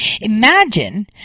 Imagine